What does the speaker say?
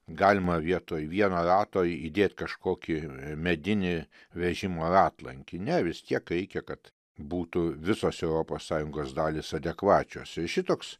galima vietoj vieno rato įdėt kažkokį medinį vežimo ratlankį ne vis tiek reikia kad būtų visos europos sąjungos dalys adekvačios šitoks